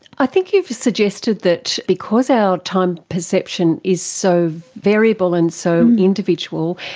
i think you've suggested that because our time perception is so variable and so individual,